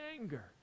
anger